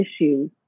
issues